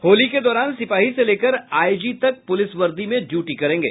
होली के दौरान सिपाही से लेकर आईजी तक पुलिस वर्दी में ड्यूटी करेंगे